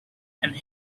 and